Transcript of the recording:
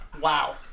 Wow